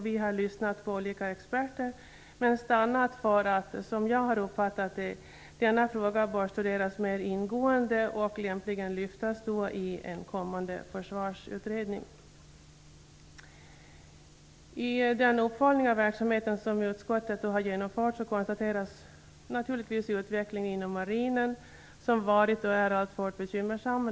Vi har lyssnat på olika experter men stannat för att, som jag har uppfattat det, denna fråga bör studeras mera ingående och lämpligen lyftas in i en kommande försvarsutredning. I den uppföljning av verksamheten som utskottet genomfört konstateras naturligtvis att utvecklingen inom marinen har varit och alltfort är bekymmersam.